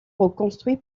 reconstruit